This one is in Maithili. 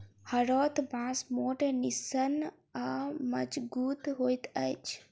हरोथ बाँस मोट, निस्सन आ मजगुत होइत अछि